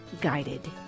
guided